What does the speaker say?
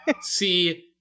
See